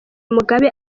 mugabe